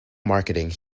marketing